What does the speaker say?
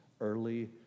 early